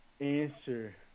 answer